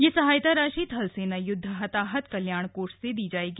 यह सहायता राशि थल सेना युद्ध हताहत कल्याण कोष से दी जायेगी